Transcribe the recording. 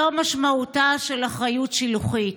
זו משמעותה של אחריות שילוחית.